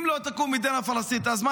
אם לא תקום מדינה פלסטינית, אז מה